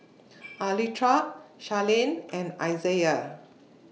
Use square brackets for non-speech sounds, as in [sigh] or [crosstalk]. [noise] Anitra Charline and Isaiah